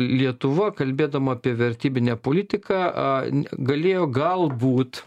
lietuva kalbėdama apie vertybinę politiką galėjo galbūt